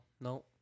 no